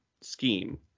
scheme